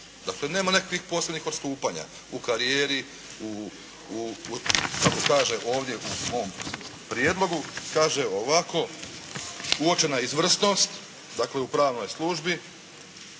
Dakle, nema nekakvih posebnih odstupanja u karijeri, kako kaže ovdje u svom prijedlogu kaže ovako uočena izvrsnost dakle u pravnoj službi.